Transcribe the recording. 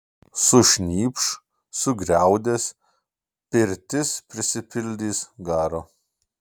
sušnypš sugriaudės pirtis prisipildys garo